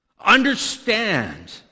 Understand